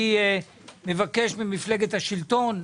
אני מבקש ממפלגת השלטון,